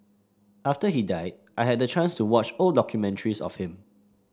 after he died I had the chance to watch old documentaries of him